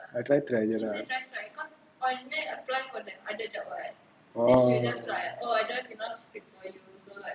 try try jer lah oh